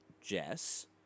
Jess